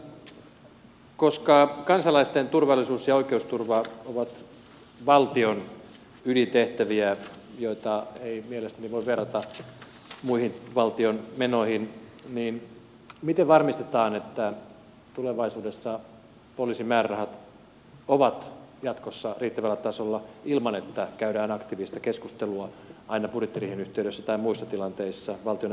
mutta koska kansalaisten turvallisuus ja oikeusturva ovat valtion ydintehtäviä joita ei mielestäni voi verrata muihin valtion menoihin niin miten varmistetaan että tulevaisuudessa poliisin määrärahat ovat jatkossa riittävällä tasolla ilman että käydään aktiivista keskustelua aina budjettiriihen yhteydessä tai muissa tilanteissa valtioneuvoston tasolla